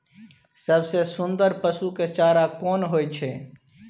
सबसे सुन्दर पसु के चारा कोन होय छै?